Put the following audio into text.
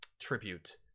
tribute